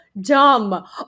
dumb